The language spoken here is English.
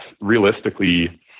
realistically